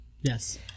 yes